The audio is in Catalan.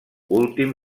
últim